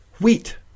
wheat